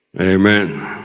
Amen